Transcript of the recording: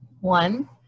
One